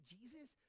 Jesus